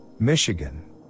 Michigan